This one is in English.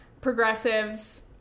progressives